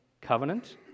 Covenant